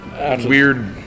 weird